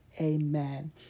Amen